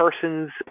persons